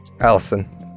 Allison